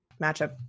matchup